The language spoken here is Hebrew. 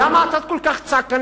למה את כל כך צעקנית?